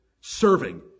serving